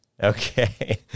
Okay